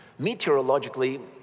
Meteorologically